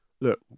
look